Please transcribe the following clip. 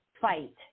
fight